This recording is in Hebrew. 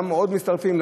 למה עוד לא מצטרפים,